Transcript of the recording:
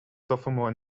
sophomore